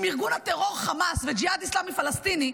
עם ארגון הטרור חמאס וג'יהאד אסלאמי פלסטיני,